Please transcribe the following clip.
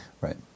Right